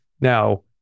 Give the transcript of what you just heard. Now